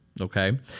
okay